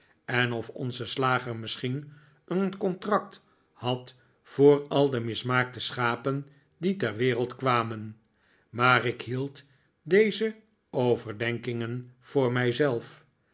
en of onze slager misschien een contract had voor al de mismaakte schapen die ter wereld kwamen maar ik hield deze overdenkingen voor